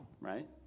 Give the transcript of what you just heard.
right